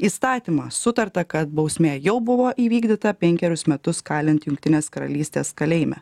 įstatymą sutarta kad bausmė jau buvo įvykdyta penkerius metus kalint jungtinės karalystės kalėjime